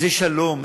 איזה שלום,